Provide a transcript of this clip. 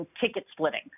ticket-splitting